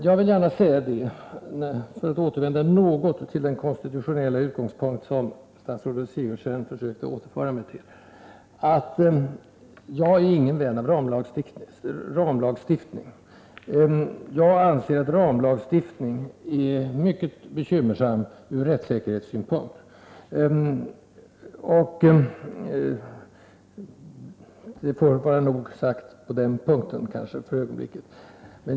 Jag vill gärna säga — för att återvända något till den konstitutionella utgångspunkt som statsrådet Sigurdsen försökte återföra mig till — att jag inte är någon vän av ramlagstiftning. Jag anser att ramlagstiftning är mycket bekymmersam ur rättssäkerhetssynpunkt. — Det får vara nog sagt på den punkten för ögonblicket.